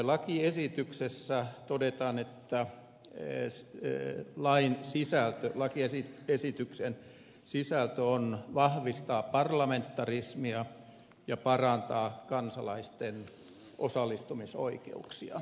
lakiesityksessä todetaan että ees deen lain sisältö vai tiesi lakiesityksen sisältö on vahvistaa parlamentarismia ja parantaa kansalaisten osallistumisoikeuksia